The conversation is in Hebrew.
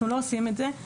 אנחנו לא עושים את זה.